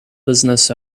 business